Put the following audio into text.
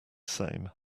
same